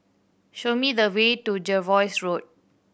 show me the way to Jervois Road